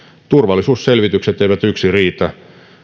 turvallisuusselvitykset eivät yksin riitä